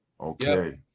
Okay